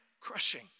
crushing